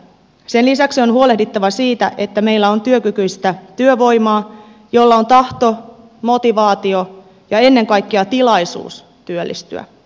sen lisäksi on huolehdittava siitä että meillä on työkykyistä työvoimaa jolla on tahto motivaatio ja ennen kaikkea tilaisuus työllistyä